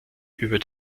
über